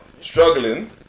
struggling